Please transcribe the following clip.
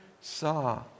saw